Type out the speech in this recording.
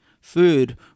food